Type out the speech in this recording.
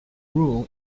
rule